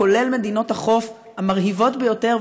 כולל מדינות החוף המרהיבות ביותר,